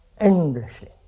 endlessly